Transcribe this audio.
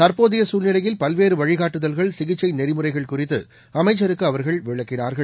தற்போதைய சூழ்நிலையில் பல்வேறு வழிகாட்டுதல்கள் சிகிச்சை நெறிமுறைகள் குறித்து அமைச்சருக்கு அவர்கள் விளக்கினார்கள்